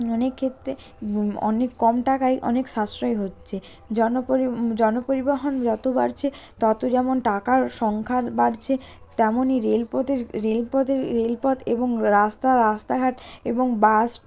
অনেক ক্ষেত্রে অনেক কম টাকায় অনেক সাশ্রয় হচ্ছে জন জন পরিবহণ যত বাড়ছে তত যেমন টাকার সংখ্যার বাড়ছে তেমনই রেলপথের রেলপথের রেলপথ এবং রাস্তা রাস্তাঘাট এবং বাস